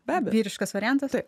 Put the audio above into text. be abejo vyriškas variantas